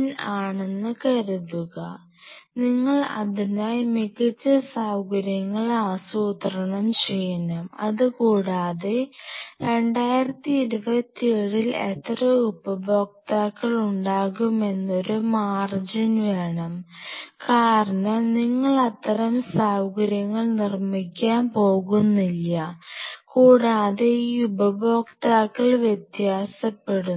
n ആണെന്ന് കരുതുക നിങ്ങൾ അതിനായി മികച്ച സൌകര്യങ്ങൾ ആസൂത്രണം ചെയ്യണം അതുകൂടാതെ 2027 ൽ എത്ര ഉപഭോക്താക്കൾ ഉണ്ടാകുമെന്നൊരു മാർജിൻ വേണം കാരണം നിങ്ങൾ അത്തരം സൌകര്യം നിർമ്മിക്കാൻ പോകുന്നില്ല കൂടാതെ ഈ ഉപയോക്താക്കൾ വ്യത്യാസപ്പെടുന്നു